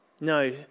no